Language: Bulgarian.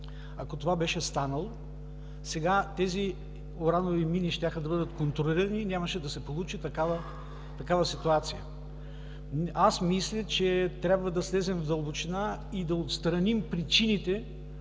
Ако това беше станало, сега тези уранови мини щяха да бъдат контролирани и нямаше да се получи такава ситуация. Мисля, че трябва да влезем в дълбочина и да отстраним причините,